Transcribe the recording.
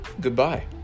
Goodbye